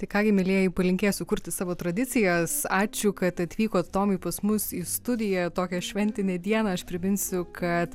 tai ką gi mielieji palinkėsiu kurti savo tradicijas ačiū kad atvykot tomai pas mus į studiją tokią šventinę dieną aš priminsiu kad